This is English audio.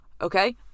Okay